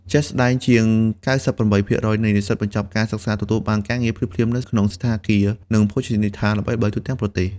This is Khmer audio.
ជាក់ស្ដែង ជាង ៩៨% នៃនិស្សិតបញ្ចប់ការសិក្សាទទួលបានការងារភ្លាមៗនៅក្នុងសណ្ឋាគារ និងភោជនីយដ្ឋានល្បីៗទូទាំងប្រទេស។